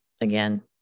again